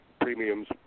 premiums